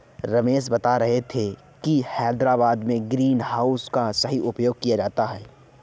रमेश बता रहे थे कि हैदराबाद में ग्रीन हाउस का सही उपयोग किया जाता है